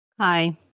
Hi